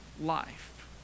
life